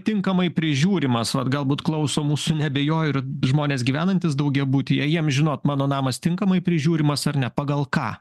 tinkamai prižiūrimas vat galbūt klauso mūsų neabejoju ir žmonės gyvenantys daugiabutyje jiems žinot mano namas tinkamai prižiūrimas ar ne pagal ką